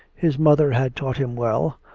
his mother had taught him well,